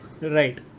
Right